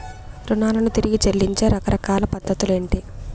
రుణాలను తిరిగి చెల్లించే రకరకాల పద్ధతులు ఏంటి?